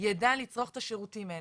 יידע לצרוך את השירותים האלה.